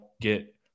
get